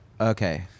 Okay